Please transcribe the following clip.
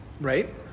Right